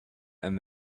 and